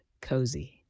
cozy